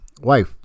wife